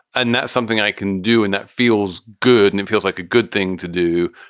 and that's something i can do and that feels good and it feels like a good thing to do.